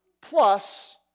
plus